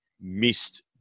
missed